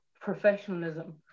professionalism